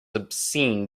obscene